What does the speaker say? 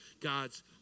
God's